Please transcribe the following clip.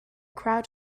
crowd